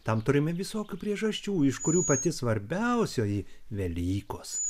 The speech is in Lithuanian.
tam turime visokių priežasčių iš kurių pati svarbiausioji velykos